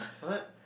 what